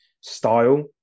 style